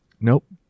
Nope